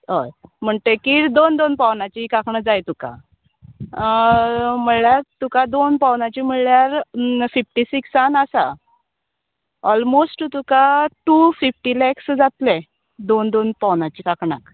अय म्हणटकीर दोन दोन पोवनांचीं कांकणां जाय तुका म्हळ्ळ्यार तुका दोन पोवनाचीं म्हळ्ळ्यार फिफ्टी सिक्सान आसा ऑलमोस्ट तुका टू फिफ्टी लॅक्स जातले दोन दोन पोवनांचीं कांकणाक